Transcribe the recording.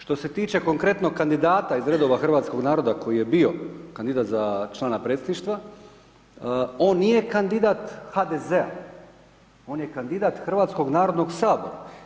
Što se tiče konkretno kandidata iz redova hrvatskog naroda koji je bio kandidat za člana predsjedništva, on nije kandidat HDZ-a, on je kandidat Hrvatskog narodnog sabora.